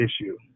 issue